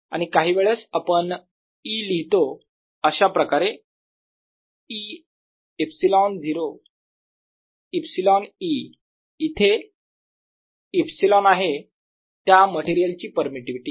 आणि काहीवेळेस आपण E लिहितो अशाप्रकारे E - ε E इथे ε आहे त्या मटेरियल ची परमिटिविटी